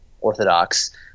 orthodox